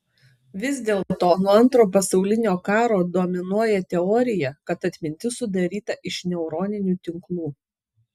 vis dėlto nuo antro pasaulinio karo dominuoja teorija kad atmintis sudaryta iš neuroninių tinklų